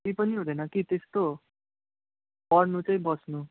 के पनि हुँदैन कि त्यस्तो पढ्नु चाहिँ बस्नु